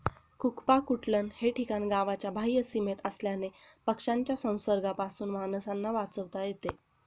कुक्पाकुटलन हे ठिकाण गावाच्या बाह्य सीमेत असल्याने पक्ष्यांच्या संसर्गापासून माणसांना वाचवता येते